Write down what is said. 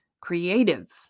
creative